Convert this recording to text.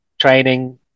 training